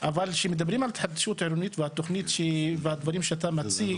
אבל כשמדברים על התחדשות עירונית והדברים שאתה מציג,